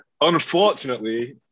unfortunately